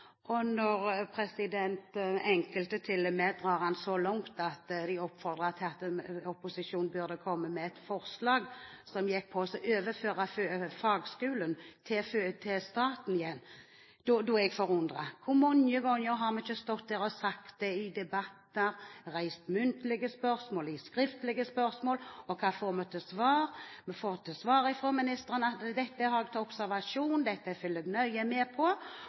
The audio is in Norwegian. Når enkelte til og med drar det så langt at de oppfordrer opposisjonen til å komme med et forslag som går på å overføre fagskolen til staten igjen, er jeg forundret. Hvor mange ganger har ikke vi stått her og sagt det i debatter, kommet med muntlige spørsmål og skriftlige spørsmål? Og hva får vi til svar? Vi får til svar fra ministeren at dette har vi til observasjon, dette følger vi nøye med på.